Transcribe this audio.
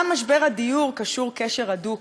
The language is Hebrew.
גם משבר הדיור קשור קשר הדוק